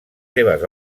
seves